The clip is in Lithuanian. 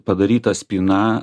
padaryta spyna